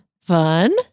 Fun